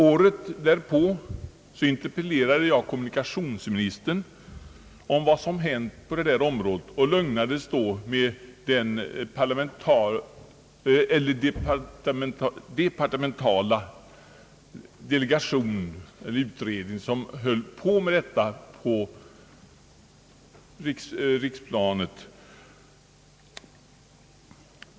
Året därpå interpellerade jag kommunikationsministern om vad som hänt på detta område och lugnades då med uppgiften att en departemental utredning sysslade med de här problemen på riksplanet.